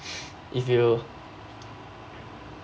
if you